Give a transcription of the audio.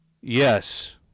Yes